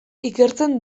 ikertzen